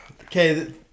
Okay